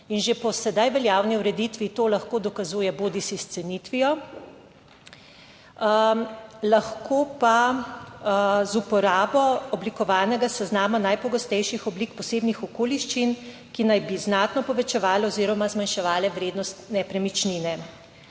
In že po sedaj veljavni ureditvi to lahko dokazuje bodisi s cenitvijo, lahko pa z uporabo oblikovanega seznama najpogostejših oblik posebnih okoliščin, ki naj bi znatno povečevali oziroma zmanjševale vrednost nepremičnine.